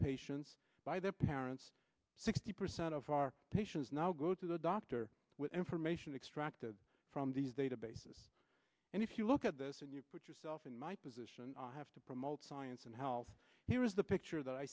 patients by their parents sixty percent of our patients now go to the doctor with information extracted from these databases and if you look at this and you put yourself in my position i have to promote science and how here is the picture that i